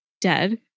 dead